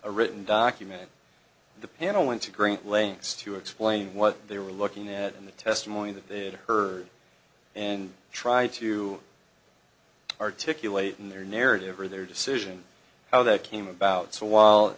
a written document the panel went to great lengths to explain what they were looking at in the testimony that they had heard and try to articulate in their narrative or their decision how that came about so while